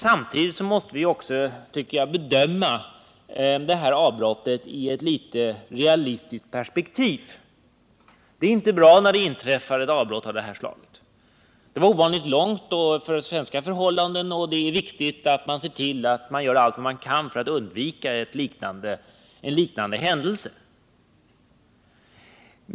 Samtidigt måste vi, tycker jag, bedöma det här avbrottet i ett realistiskt perspektiv. Det är inte bra när det inträffar ett avbrott av det här slaget. Det var ovanligt långvarigt för svenska förhållanden, och det är viktigt att man gör allt vad man kan för att undvika en liknande händelse.